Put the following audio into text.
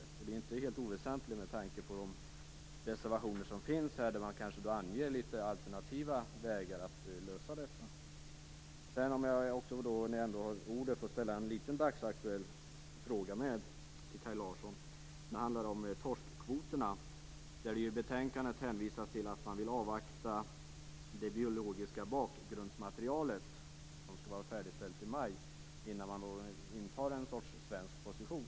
Det är inte helt oväsentligt med tanke på de reservationer som avgivits, där man kanske anger några alternativa vägar att lösa detta. Om jag sedan, när jag ändå har ordet, får ställa en liten dagsaktuell fråga till Kaj Larsson. Den handlar om torskkvoten. I betänkandet hänvisas det till att man vill avvakta det biologiska bakgrundsmaterialet, som skall vara färdigställt i maj, innan man intar en sorts svensk position.